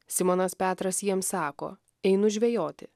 simonas petras jiems sako einu žvejoti